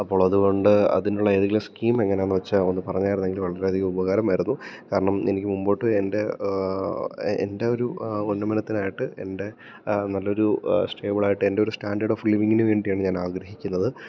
അപ്പോൾ അതുകൊണ്ട് അതിനുള്ള ഏതെങ്കിലും സ്കീം എങ്ങനെയാണെന്ന് വെച്ചാൽ ഒന്ന് പറഞ്ഞായിരുന്നെങ്കിൽ വളരെയധികം ഉപകാരമായിരുന്നു കാരണം എനിക്ക് മുമ്പോട്ട് എൻ്റെ എൻ്റെ ഒരു ഉന്നമനത്തിനായിട്ട് എൻ്റെ നല്ലൊരു സ്റ്റേബിൾ ആയിട്ട് എൻ്റെ ഒരു സ്റ്റാൻഡേഡ് ഓഫ് ലിവിങ്ങിന് വേണ്ടിയാണ് ഞാൻ ആഗ്രഹിക്കുന്നത്